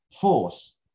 force